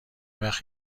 وخت